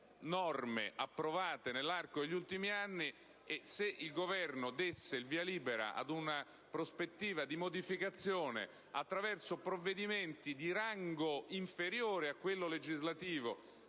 norme approvate nell'arco degli ultimi anni, e se il Governo desse il via libera ad una prospettiva di modificazione attraverso provvedimenti di rango inferiore a quello legislativo,